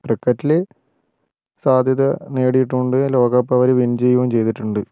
ക്രിക്കറ്റിൽ സാധ്യത നേടിയിട്ടുണ്ട് ലോകകപ്പവർ വിൻ ചെയ്തിട്ടിണ്ട്